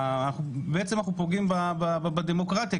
בעצם אנחנו פוגעים בדמוקרטיה,